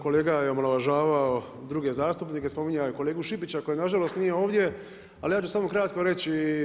Kolega je omalovažavao druge zastupnike, spominjao je kolegu Šipića koji nažalost nije ovdje ali ja ću samo kratko reći.